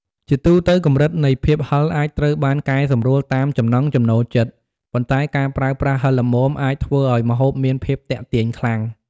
ជាទូទៅ កម្រិតនៃភាពហឹរអាចត្រូវបានកែសម្រួលតាមចំណង់ចំណូលចិត្ត ប៉ុន្តែការប្រើប្រាស់ហឹរល្មមអាចធ្វើឱ្យម្ហូបមានភាពទាក់ទាញខ្លាំង។